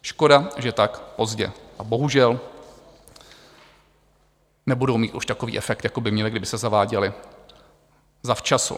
Škoda že tak pozdě, a bohužel nebudou mít už takový efekt, jako by měla, kdyby se zaváděla zavčasu.